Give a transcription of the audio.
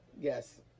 Yes